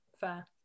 fair